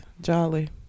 jolly